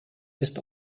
ist